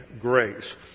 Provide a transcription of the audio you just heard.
grace